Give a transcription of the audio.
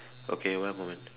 okay one moment